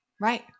Right